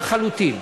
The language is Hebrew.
לחלוטין,